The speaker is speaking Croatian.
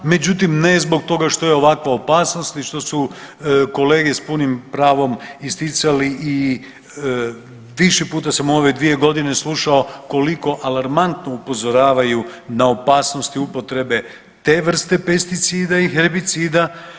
Međutim, ne zbog toga što je ovakva opasnost i što su kolege s punim pravom isticali i više puta sam u ove dvije godine slušao koliko alarmantno upozoravaju na opasnosti upotrebe te vrste pesticida i herbicida.